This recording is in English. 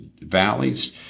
valleys